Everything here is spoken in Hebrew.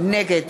נגד